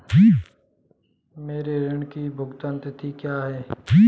मेरे ऋण की भुगतान तिथि क्या है?